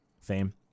fame